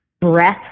breath